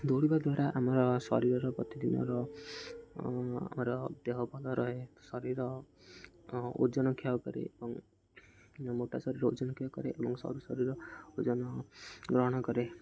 ଦୌଡ଼ିବା ଦ୍ୱାରା ଆମର ଶରୀରର ପ୍ରତିଦିନର ଆମର ଦେହ ଭଲ ରହେ ଶରୀର ଓଜନ କ୍ଷୟ କରେ ଏବଂ ମୋଟା ଶରୀର ଓଜନ କ୍ଷୟ କରେ ଏବଂ ସରୁ ଶରୀର ଓଜନ ଗ୍ରହଣ କରେ